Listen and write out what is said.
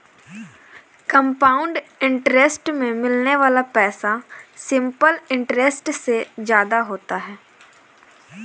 compound interest में मिलने वाला पैसा सिंपल इंटरेस्ट से ज्यादा होता है